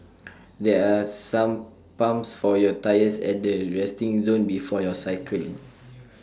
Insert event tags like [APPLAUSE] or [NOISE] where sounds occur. there are some pumps for your tyres at the resting zone before you cycling [NOISE]